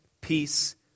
peace